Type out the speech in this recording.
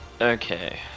Okay